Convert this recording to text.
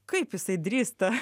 kaip jisai drįsta